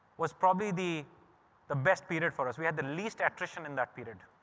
was probably the the best period for us. we had the least attrition in that period.